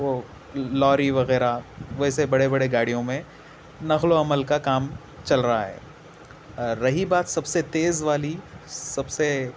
وہ لاری وغیرہ ویسے بڑے بڑے گاڑیوں میں نقل و حمل کا کام چل رہا ہے رہی بات سب سے تیز والی سب سے